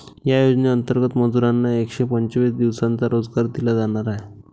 या योजनेंतर्गत मजुरांना एकशे पंचवीस दिवसांचा रोजगार दिला जाणार आहे